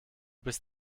bist